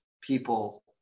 people